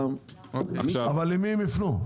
אבל למי הם יפנו?